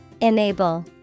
Enable